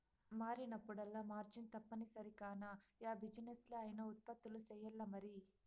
మారినప్పుడల్లా మార్జిన్ తప్పనిసరి కాన, యా బిజినెస్లా అయినా ఉత్పత్తులు సెయ్యాల్లమరి